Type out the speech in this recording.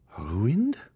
Ruined